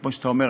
כמו שאתה אומר,